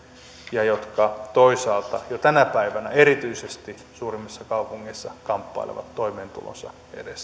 ja joka toisaalta jo tänä päivänä erityisesti suurimmissa kaupungeissa kamppailee toimeentulonsa edestä